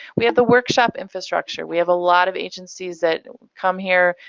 we have the workshop infrastructure. we have a lot of agencies that come here,